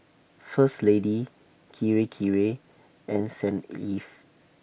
First Lady Kirei Kirei and Saint Ives